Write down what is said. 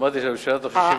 אמרתי שהממשלה, בתוך 60 יום,